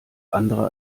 andere